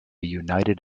united